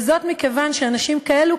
וזאת מכיוון שאנשים כאלו,